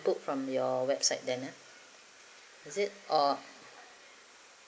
book from your website then ah is it or